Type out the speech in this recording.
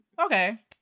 okay